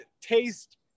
taste